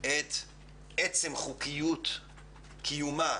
את עצם חוקיות קיומה